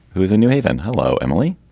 who is in new haven. hello, emily.